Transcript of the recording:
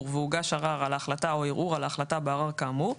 והוגש ערר על ההחלטה או ערעור על ההחלטה בערר כאמור,